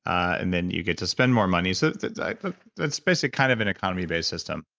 and then you get to spend more money. so it's basically kind of an economy based system